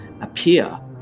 appear